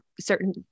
certain